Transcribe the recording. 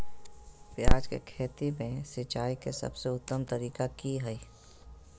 प्याज के खेती में सिंचाई के सबसे उत्तम तरीका की है?